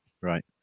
Right